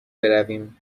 برویم